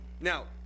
Now